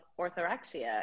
orthorexia